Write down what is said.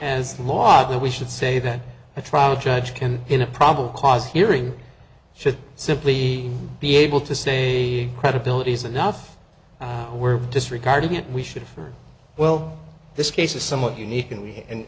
as law that we should say that a trial judge can in a probable cause hearing should simply be able to say credibility is enough we're disregarding it we should first well this case is somewhat unique and we